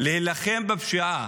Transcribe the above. להילחם בפשיעה,